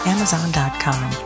Amazon.com